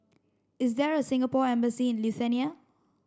is there a Singapore embassy in Lithuania